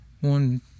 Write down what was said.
one